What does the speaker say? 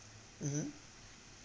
mmhmm